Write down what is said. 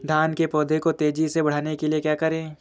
धान के पौधे को तेजी से बढ़ाने के लिए क्या करें?